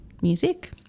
music